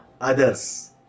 others